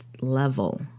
level